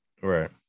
Right